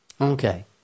Okay